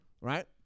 Right